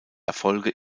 erfolge